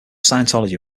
scientology